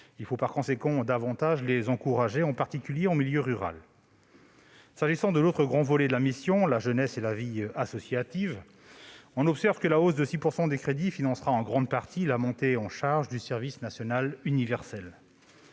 Il faut donc davantage les encourager, en particulier en milieu rural. S'agissant de l'autre grand volet de la mission, la jeunesse et la vie associative, on observe que la hausse de 6 % des crédits financera en grande partie la montée en charge du service national universel.